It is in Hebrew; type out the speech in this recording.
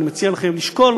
אני מציע לכם לשקול